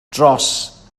dros